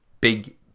big